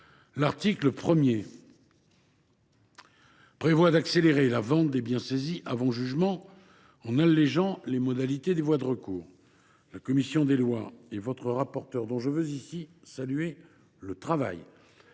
L’article 1 prévoit d’accélérer la vente des biens saisis avant jugement en allégeant les modalités des voies de recours. La commission des lois et votre rapporteure, dont je veux ici saluer le travail,